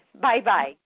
Bye-bye